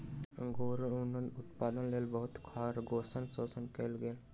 angora ऊनक उत्पादनक लेल बहुत खरगोशक शोषण कएल गेल